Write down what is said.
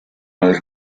nel